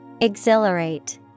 Exhilarate